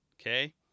Okay